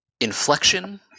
inflection